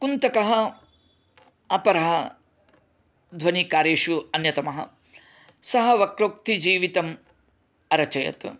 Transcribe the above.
कुन्तकः अपरः ध्वनिकार्येषु अन्यतमः सः वक्रोक्तिजीवितम् अरचयत्